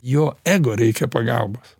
jo ego reikia pagalbos